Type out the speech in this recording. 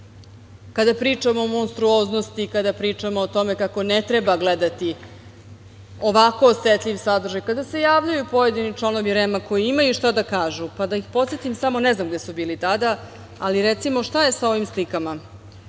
kada pričamo o monstruoznosti, kada pričamo o tome kako ne treba gledati ovako osetljiv sadržaj, kada se javljaju pojedini članovi REM-a koji imaju šta da kažu, pa da ih podsetim samo, ne znam gde su bili tada, ali recimo, šta je sa ovim slikama?